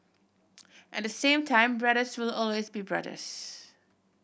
at the same time brothers will always be brothers